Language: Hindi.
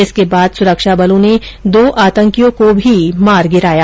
इसके बाद सुरक्षाबलों ने दो आतंकियों को भी मार गिराया